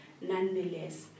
nonetheless